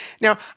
Now